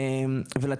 ושגם